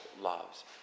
loves